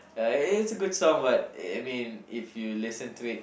uh it it's a good song but I mean if you listen to it